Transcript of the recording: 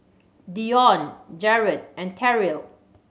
Dione Jerrod and Terrill